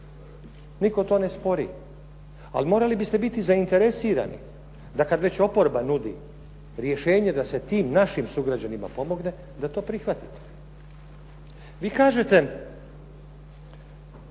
Nitko to ne spori, ali morali biste biti zainteresirani da kad već oporba nudi rješenje da se tim našim sugrađanima pomogne, da to prihvatite. Vi kažete